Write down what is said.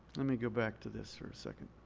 let me go back to this for a second.